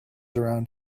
around